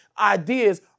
ideas